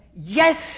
yes